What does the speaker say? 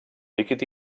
líquid